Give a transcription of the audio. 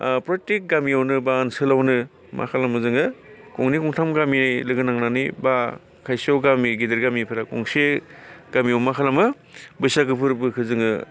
ओ प्रयथेक गामियावनो बा ओनसोलावनो मा खालामो जोङो गंनै गंथाम गामि लोगो नांनानै बा खायसेयाव गामि गेदेर गामिफोरा गंसे गामियाव मा खालामो बैसागो फोरबोखौ जोङो